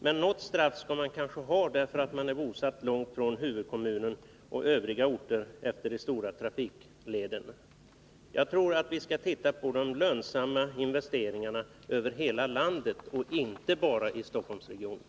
Men något straff skall man kanske ha för att man är bosatt långt borta från huvudkommunen eller övriga orter utefter de stora trafiklederna. Jag tycker att vi bör tänka på lönsamma investeringar över hela landet — inte bara i Stockholmsregionen.